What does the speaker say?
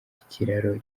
ikiraro